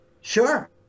Sure